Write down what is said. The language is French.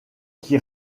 qui